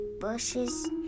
bushes